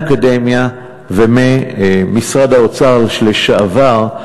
כאלה מהאקדמיה וממשרד האוצר לשעבר,